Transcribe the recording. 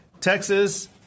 Texas